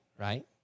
right